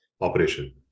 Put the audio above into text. Operation